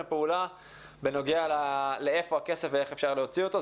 פעולה בנוגע לאיפה נמצא הכסף ואיך אפשר להוציא אותו.